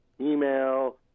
email